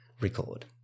record